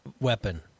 Weapon